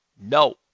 No